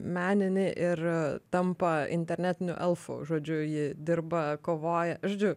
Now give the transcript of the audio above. meninį ir tampa internetiniu elfu žodžiu ji dirba kovoja žodžiu